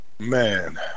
Man